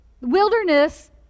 Wilderness